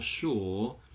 sure